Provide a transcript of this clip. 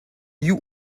you